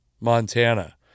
Montana